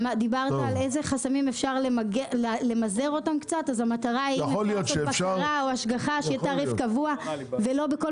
דיברנו על חסמים שאפשר לצמצם ולא בכל מדינה